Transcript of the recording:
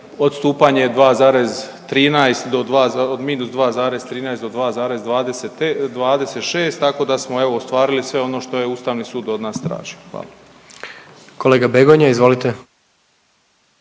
odstupanje je 2,13 do 2, -2,13 do 2,26, tako da smo evo ostvarili sve ono što je ustavni sud od nas tražio, hvala. **Jandroković,